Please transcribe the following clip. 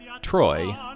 Troy